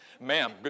Ma'am